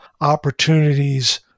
opportunities